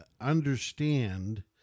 understand